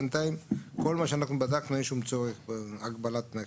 בינתיים כל מה שאנחנו בדקנו אין שום צורך בהגבלת מרחק.